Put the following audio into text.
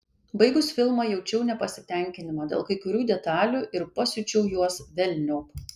baigus filmą jaučiau nepasitenkinimą dėl kai kurių detalių ir pasiučiau juos velniop